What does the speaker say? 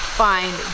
find